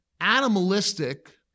animalistic